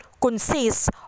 consists